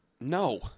No